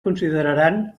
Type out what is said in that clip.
consideraran